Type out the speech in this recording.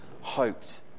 hoped